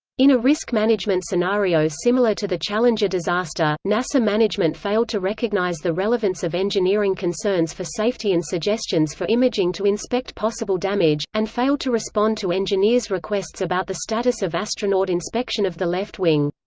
in a risk-management scenario similar to the challenger disaster, nasa management failed to recognize the relevance of engineering concerns for safety and suggestions for imaging to inspect possible damage, and failed to respond to engineers' requests about the status of astronaut inspection of the left wing.